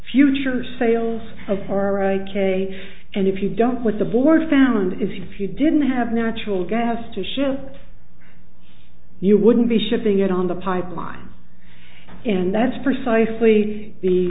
future sales of our aka and if you don't with the board found if you didn't have natural gas to ship you wouldn't be shipping it on the pipeline and that's precisely the